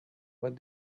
what